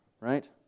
right